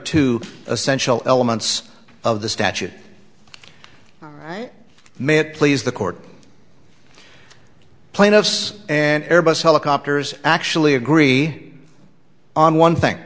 two essential elements of the statute may it please the court plaintiffs and airbus helicopters actually agree on one thing